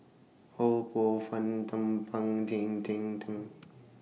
Ho Poh Fun Thum Ping Tjin